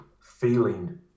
feeling